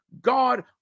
God